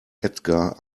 edgar